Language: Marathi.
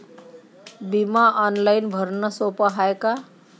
बिमा ऑनलाईन भरनं सोप हाय का?